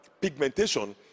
pigmentation